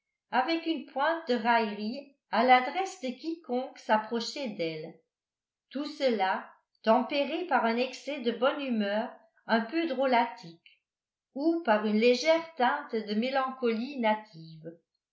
avec une pointe de raillerie à l'adresse de quiconque s'approchait d'elles tout cela tempéré par un excès de bonne humeur un peu drôlatique ou par une légère teinte de mélancolie native